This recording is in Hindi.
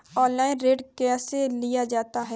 ऑनलाइन ऋण कैसे लिया जाता है?